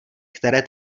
které